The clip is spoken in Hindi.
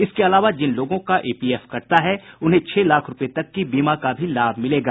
इसके अलावा जिन लोगों को ईपीएफ कटता है उन्हें छह लाख रूपये तक की बीमा का लाभ भी मिलेगा